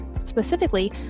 specifically